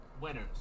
winners